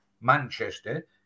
Manchester